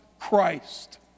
Christ